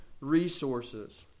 resources